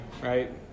right